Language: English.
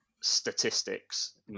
statistics